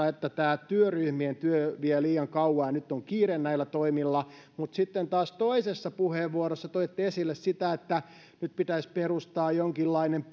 että tämä työryhmien työ vie liian kauan ja nyt on kiire näillä toimilla mutta sitten taas toisessa puheenvuorossa te toitte esille sitä että nyt pitäisi perustaa jonkinlainen